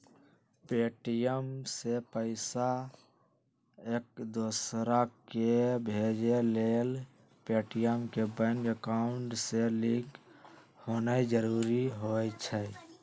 Paytm से पईसा एकदोसराकेँ भेजे लेल पेटीएम के बैंक अकांउट से लिंक होनाइ जरूरी होइ छइ